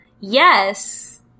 Yes